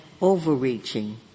overreaching